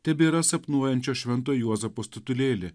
tebėra sapnuojančio švento juozapo statulėlė